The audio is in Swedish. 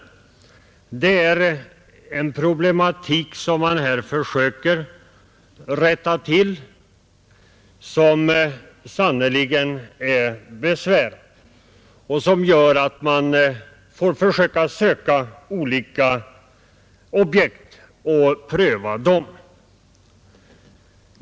Den problematik vi på detta sätt försöker komma till rätta med är sannerligen besvärlig.